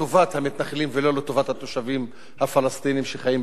ולא לטובת התושבים הפלסטינים שחיים במולדתם בשטח כבוש,